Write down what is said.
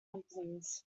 companies